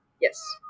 Yes